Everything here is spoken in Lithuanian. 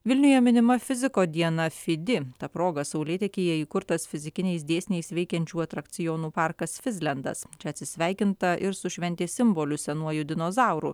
vilniuje minima fiziko diena fidi ta proga saulėtekyje įkurtas fizikiniais dėsniais veikiančių atrakcionų parkas fizlendas čia atsisveikinta ir su šventės simboliu senuoju dinozauru